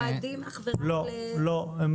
מיועדים אך ורק --- לא, לא.